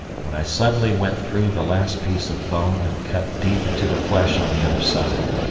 when i suddenly went through the last piece of bone and cut deep into the flesh on the other side.